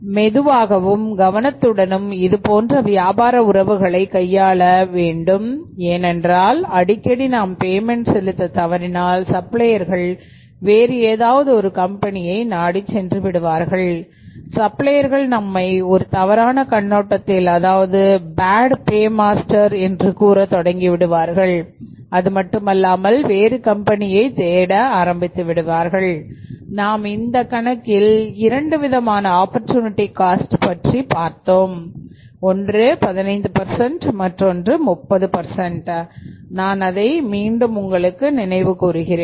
மெதுவாகவும் கவனத்துடனும் இது போன்ற வியாபார உறவுகளை கையாள வேண்டும் ஏனென்றால் அடிக்கடி நாம் பேமென்ட் செலுத்த தவறினால் சப்ளையர்கள் வேறு ஏதாவது ஒரு கம்பெனியை நாடிச் சென்று விடுவார்கள் சப்ளையர்கள் நம்மை ஒரு தவறான கண்ணோட்டத்தில் அதாவது பேட் பே மாஸ்டர் என்று கூறத் தொடங்கி விடுவார்கள் அது மட்டும் அல்லாமல் வேறு கம்பெனியை தேட ஆரம்பித்துவிடுவார்கள் நாம் இந்த கணக்கில் இரண்டு விதமான ஆப்பர்சூனிட்டி காஸ்ட் சுற்றிப் பார்த்தோம் ஒன்று 15 மற்றொன்று 30 நான் அதை மீண்டும் உங்களுக்கு நினைவு கூறுகிறேன்